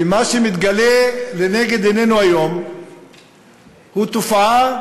ומה שמתגלה לנגד עינינו היום הוא תופעה